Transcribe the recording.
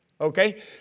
Okay